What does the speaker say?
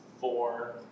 four